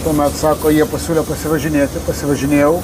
tuomet sako jie pasiūlė pasivažinėti pasivažinėjau